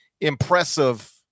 impressive